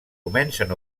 comencen